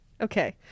Okay